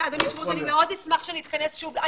אדוני היושב ראש, אני מאוד אשמח שנתכנס שוב.